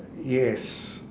yes